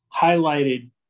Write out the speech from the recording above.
highlighted